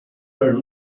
were